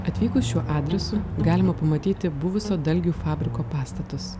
atvykus šiuo adresu galima pamatyti buvusio dalgių fabriko pastatus